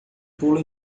pula